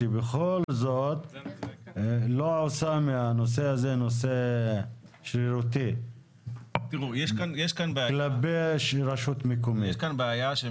שבכל זאת --- הנושא הזה נושא שרירותי כלפי רשות מקומית.